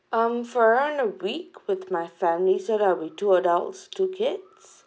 um for around a week with my family set up with two adults two kids